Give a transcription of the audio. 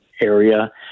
area